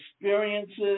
experiences